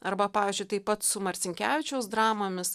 arba pavyzdžiui taip pat su marcinkevičiaus dramomis